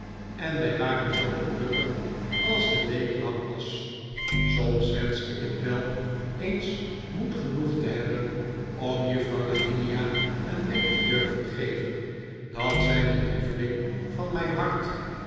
en wij waren zoo gelukkig als de week lang was soms wenschte ik wel eens moed genoeg te hebben om juffrouw lavinia een wenk te durven geven dat zij de lieveling van mijn hart